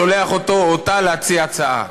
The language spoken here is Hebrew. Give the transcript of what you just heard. שולח אותו או אותה להציע הצעה.